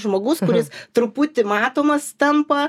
žmogus kuris truputį matomas tampa